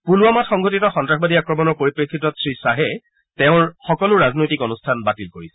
পুলৱামাত সংঘটিত সন্ত্ৰাসবাদী আক্ৰমণৰ পৰিপ্ৰেক্ষিতত শ্ৰীখাহে তেওঁৰ সকলো ৰাজনৈতিক অনুষ্ঠান বাতিল কৰিছে